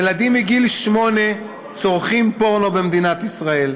ילדים מגיל שמונה צורכים פורנו במדינת ישראל,